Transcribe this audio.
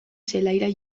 zelaira